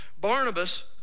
Barnabas